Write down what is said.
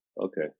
okay